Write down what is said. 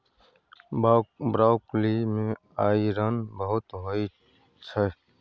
broccoli मे iron बहुत होइ छै